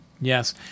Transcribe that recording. Yes